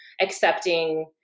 accepting